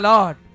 Lord